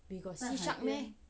got see shark meh